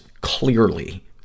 clearly